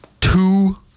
two